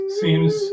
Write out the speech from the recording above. seems